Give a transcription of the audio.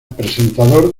presentador